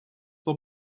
del